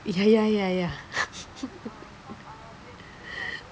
ya ya ya ya